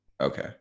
Okay